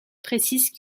précise